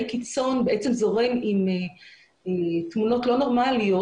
קיצון בעצם זורם עם תמונות לא נורמליות.